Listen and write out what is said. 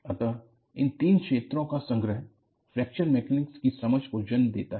अतः इन तीन क्षेत्रों का संगम फ्रैक्चर मैकेनिक्स की समझ को जन्म देता है